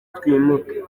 twimuke